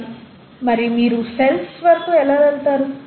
కానీ మరి మీరు సెల్స్ వరకు ఎలా వెళతారు